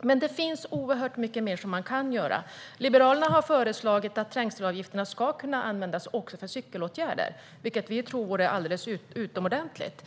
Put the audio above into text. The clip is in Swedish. Det finns oerhört mycket mer som man kan göra. Liberalerna har föreslagit att trängselavgifterna ska kunna användas också för cykelåtgärder, vilket vi tror vore alldeles utomordentligt.